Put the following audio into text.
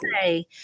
say